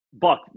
Buck